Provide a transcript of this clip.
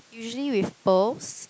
usually with pearls